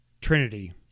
Trinity